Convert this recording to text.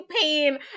pain